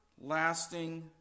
lasting